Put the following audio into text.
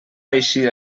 eixir